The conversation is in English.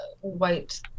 white